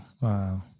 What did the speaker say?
Wow